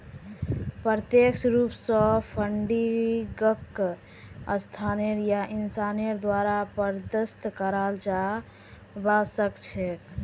प्रत्यक्ष रूप स फंडिंगक संस्था या इंसानेर द्वारे प्रदत्त कराल जबा सख छेक